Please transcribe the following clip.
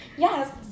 Yes